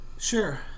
Sure